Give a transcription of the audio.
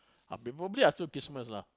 ah probably after Christmas lah